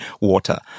water